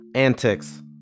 Antics